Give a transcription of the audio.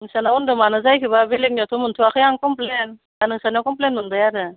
नोंस्रानाव होनदो मानो जायाखैबा बेलेगनियावथ' मोनथ'याखै आं कमप्लेन दा नोंसोरनाव कमप्लेन मोनबाय आरो